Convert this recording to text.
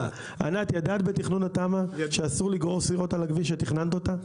ידעת בתכנון התמ"א שאסור לגרור סירות על הכביש כשתכננת אותה?